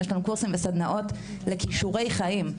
יש לנו קורסים וסדנאות לכישורי חיים.